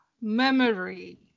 memory